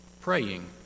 praying